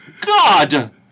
God